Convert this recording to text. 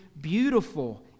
beautiful